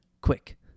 quick